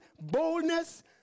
boldness